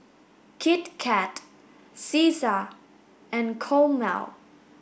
Kit Kat Cesar and Chomel